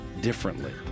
differently